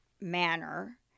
manner